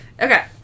Okay